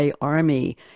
Army